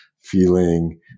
feeling